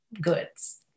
goods